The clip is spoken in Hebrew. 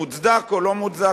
מוצדק או לא מוצדק,